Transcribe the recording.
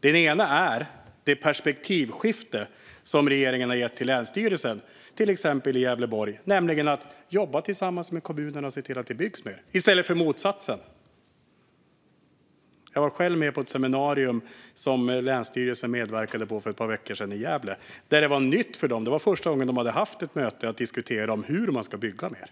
Den ena är det perspektivskifte som regeringen har infört för länsstyrelsen, till exempel i Gävleborg, nämligen att jobba tillsammans med kommunen och se till att det byggs mer - i stället för motsatsen. Jag var själv för ett par veckor sedan med på ett seminarium i Gävle, där länsstyrelsen medverkade. Detta var nytt för dem; det var första gången de hade ett möte för att diskutera hur man ska bygga mer.